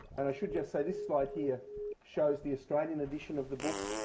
and i should just say this slide here shows the australian edition of the book.